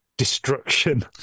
destruction